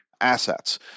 assets